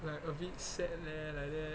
like a bit sad leh like that